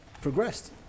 progressed